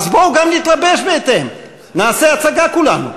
אז בואו גם נתלבש בהתאם, נעשה הצגה כולנו.